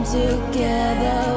together